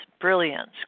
brilliance